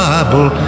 Bible